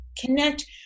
connect